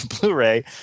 Blu-ray